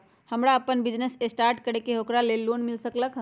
हमरा अपन business start करे के है ओकरा लेल लोन मिल सकलक ह?